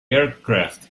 aircraft